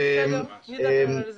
בסדר, נדבר על זה.